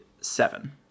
seven